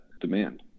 demand